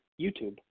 YouTube